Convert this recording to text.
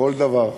פנינהל'ה, כל דבר.